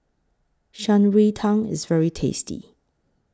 Shan Rui Tang IS very tasty